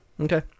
Okay